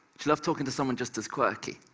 she loved talking to someone just as quirky,